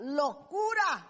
locura